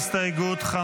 הסתייגות 5